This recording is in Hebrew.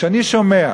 וכשאני שומע